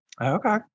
Okay